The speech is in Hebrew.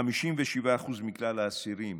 57% מכלל האסירים